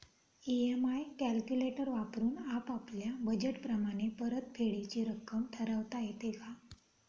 EMI calculator वापरून आपापल्या budget प्रमाणे परतफेडीची रक्कम ठरवता येते का?